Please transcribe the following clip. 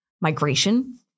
Migration